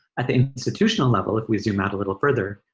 at the institutional level, if we zoom out a little further,